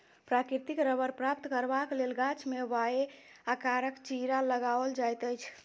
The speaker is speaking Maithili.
प्राकृतिक रबड़ प्राप्त करबाक लेल गाछ मे वाए आकारक चिड़ा लगाओल जाइत अछि